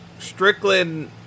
Strickland